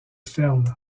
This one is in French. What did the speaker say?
ferme